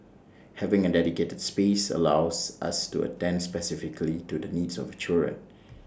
having A dedicated space allows us to attend specifically to the needs of children